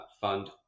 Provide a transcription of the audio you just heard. fund